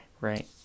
right